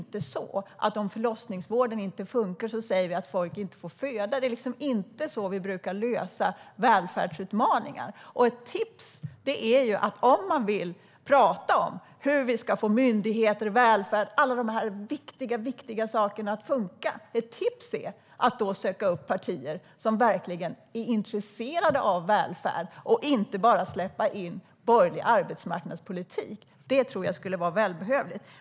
Om förlossningsvården inte funkar säger vi inte att folk inte får föda. Det är liksom inte så vi brukar lösa välfärdsutmaningar. Om ni vill prata om hur vi ska få myndigheter, välfärd och alla de viktiga sakerna att funka är ett tips att ni ska söka upp partier som verkligen är intresserade av välfärd och inte bara släppa in borgerlig arbetsmarknadspolitik. Det tror jag skulle vara välbehövligt.